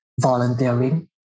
volunteering